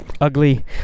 ugly